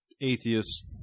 atheists